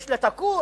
יש לה הכור?